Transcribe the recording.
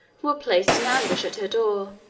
who were placed in ambush at her door.